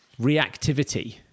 reactivity